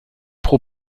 pro